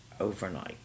overnight